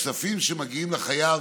כספים שמגיעים לחייב